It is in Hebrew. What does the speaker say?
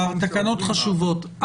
התקנות חשובות.